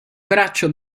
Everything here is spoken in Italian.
braccio